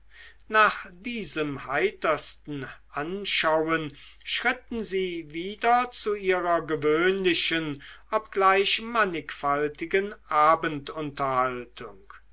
nach diesem heitersten anschauen schritten sie wieder zu ihrer gewöhnlichen obgleich mannigfaltigen